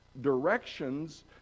directions